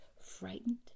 frightened